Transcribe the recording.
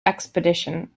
expedition